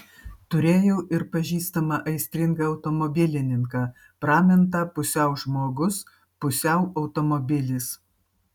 turėjau ir pažįstamą aistringą automobilininką pramintą pusiau žmogus pusiau automobilis